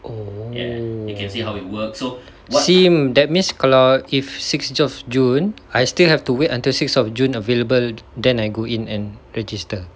oh I see that means kalau if six of june I still have to wait until sixth of june available then I go in and register